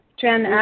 Jen